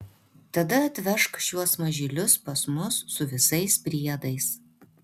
tada atvežk šiuos mažylius pas mus su visais priedais